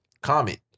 comment